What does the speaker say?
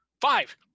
five